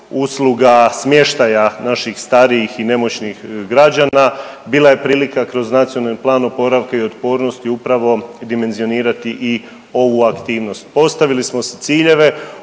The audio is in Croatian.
usluga smještaja naših starijih i nemoćnih građana bila je prilika kroz Nacionalni plan oporavka i otpornosti upravo dimenzionirati i ovu aktivnost. Postavili smo si ciljeve,